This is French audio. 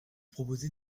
proposez